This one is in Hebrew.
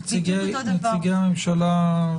נציגי הממשלה,